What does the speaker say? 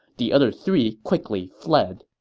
the other three quickly fled.